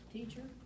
Teacher